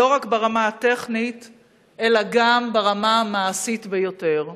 לא רק ברמה הטכנית, אלא גם ברמה המעשית ביותר.